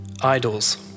idols